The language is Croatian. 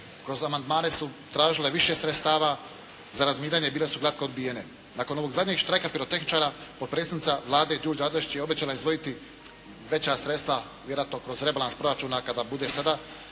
kroz amandmane tražile više sredstava za razminiranje i bile su glatko odbijene. Nakon ovog zadnjeg štrajka pirotehničara, potpredsjednica Vlade Đurđa Adlešič je obećala izdvojiti veća sredstva vjerojatno kroz rebalans proračuna kada bude sada